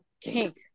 kink